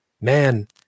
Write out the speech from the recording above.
man